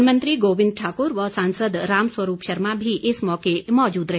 one मंत्री गोविंद ठाकुर व सांसद रामस्वरूप शर्मा भी इस मौके मौजूद रहे